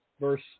verse